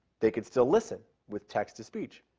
they can still listen with text to speech.